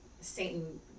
Satan